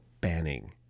banning